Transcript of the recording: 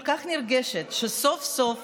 נרגשת שסוף-סוף